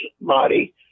body